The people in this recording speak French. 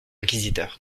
inquisiteur